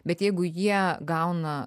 bet jeigu jie gauna